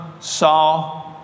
Saw